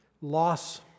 loss